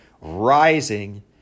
rising